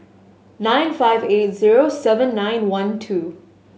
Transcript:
nine five eight zero seven nine one two